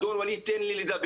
אדון ווליד, תן לי לדבר.